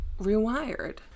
rewired